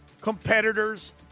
competitors